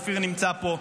אופיר נמצא פה.